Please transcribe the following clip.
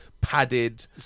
padded